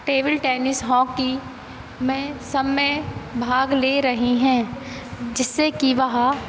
table tennis hockey में सब में भाग ले रही हैं जिससे कि वह